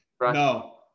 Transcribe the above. No